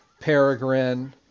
peregrine